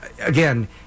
again